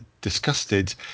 disgusted